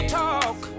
talk